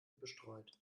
bestreut